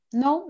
no